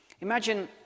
Imagine